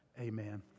Amen